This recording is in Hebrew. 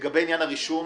לגבי ענין הרישום,